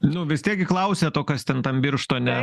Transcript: nu vis tiek gi klausėt o kas ten tam birštone